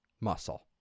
muscle